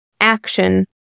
action